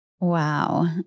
Wow